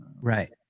Right